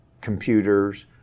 computers